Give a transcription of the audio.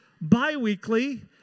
bi-weekly